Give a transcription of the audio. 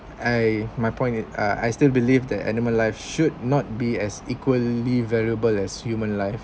I my point it uh I still believe that animal live should not be as equally valuable as human live